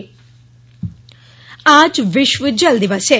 विश्व जल दिवस आज विश्व जल दिवस है